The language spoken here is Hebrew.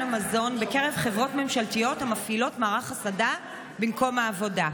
המזון בקרב חברות ממשלתיות המפעילות מערך הסעדה במקום העבודה.